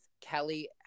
Kelly